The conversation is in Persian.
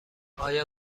آیا